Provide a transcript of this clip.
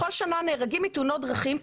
בכל שנה נהרגים מתאונות דרכים,